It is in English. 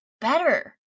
better